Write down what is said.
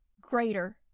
greater